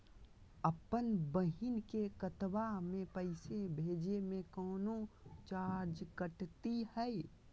अपन बहिन के खतवा में पैसा भेजे में कौनो चार्जो कटतई?